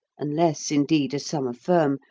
unless, indeed, as some affirm,